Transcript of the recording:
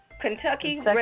Kentucky